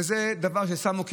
וזה דבר ששמנו עליו דגש,